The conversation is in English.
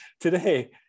today